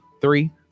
three